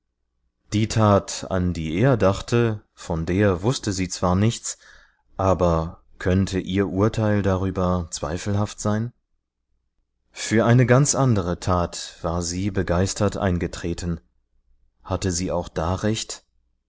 die tat an die er dachte von der wußte sie zwar nichts aber könnte ihr urteil darüber zweifelhaft sein für eine ganz andere tat war sie begeistert eingetreten hatte sie auch da recht